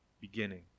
beginning